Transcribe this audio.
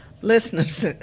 listeners